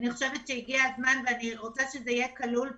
אני רוצה שזה יהיה כלול פה.